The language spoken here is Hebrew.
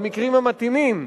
במקרים המתאימים,